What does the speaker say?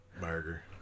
burger